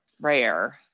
rare